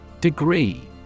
Degree